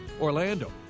orlando